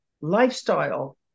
lifestyle